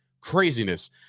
Craziness